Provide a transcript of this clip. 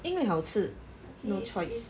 因为好吃 no choice